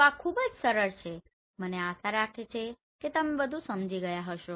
તો આ ખૂબ જ સરળ છે મને આશા છે કે તમે સમજી ગયા હશો